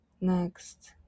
Next